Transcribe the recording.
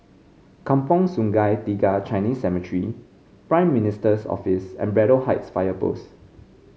Kampong Sungai Tiga Chinese Cemetery Prime Minister's Office and Braddell Heights Fire Post